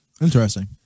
interesting